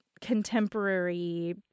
contemporary